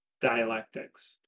dialectics